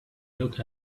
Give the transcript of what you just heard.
looked